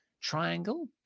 Triangle